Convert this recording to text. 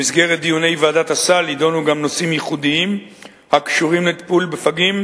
במסגרת דיוני ועדת הסל יידונו גם נושאים ייחודיים הקשורים לטיפול בפגים,